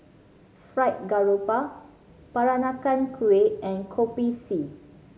Fried Garoupa Peranakan Kueh and Kopi C